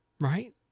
Right